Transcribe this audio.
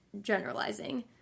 generalizing